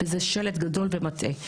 מדובר בשלט גדול שמטעה.